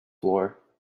floor